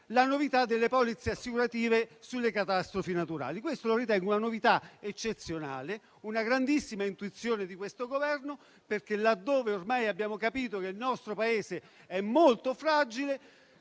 alla novità delle polizze assicurative sulle catastrofi naturali. Io ritengo questa una novità eccezionale, una grandissima intuizione di questo Governo perché ormai abbiamo capito che il nostro Paese è molto fragile,